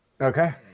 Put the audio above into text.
Okay